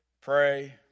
pray